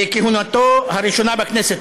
בכהונתו הראשונה בכנסת,